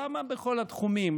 למה בכל התחומים?